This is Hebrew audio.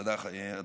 תודה, אדוני.